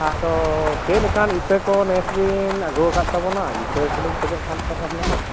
ᱟᱫᱚ ᱪᱮᱫ ᱞᱮᱠᱟᱱ ᱤᱛᱟᱹ ᱠᱚ ᱱᱮᱥ ᱵᱤᱱ ᱟᱹᱜᱩᱣ ᱟᱠᱟᱫ ᱛᱟᱵᱚᱱᱟ ᱤᱛᱟᱹ ᱠᱚᱞᱤᱧ ᱠᱷᱚᱡᱚᱜ ᱠᱟᱱ ᱛᱟᱦᱮᱱᱚᱜ ᱦᱩᱱᱟᱹᱝ